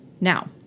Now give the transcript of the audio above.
now